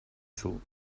thought